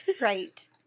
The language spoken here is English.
right